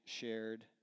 shared